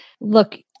Look